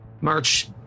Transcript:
March